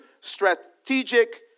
strategic